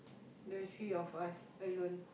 the three of us alone